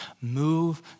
Move